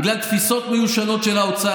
בגלל תפיסות מיושנות של האוצר.